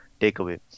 takeaway